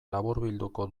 laburbilduko